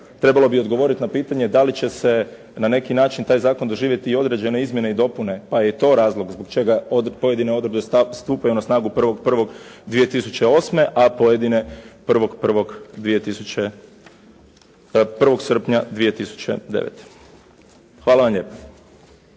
trebalo bi odgovorit na pitanje da li će na neki način taj zakon doživjeti i određene izmjene i dopune, pa je i to razlog zbog čega pojedine odredbe stupaju na snagu 1.1.2009., a pojedine 1. srpnja 2009. Hvala vam lijepa.